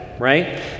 right